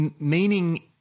meaning